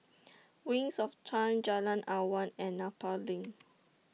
Wings of Time Jalan Awan and Nepal LINK